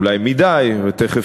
אולי מדי, ותכף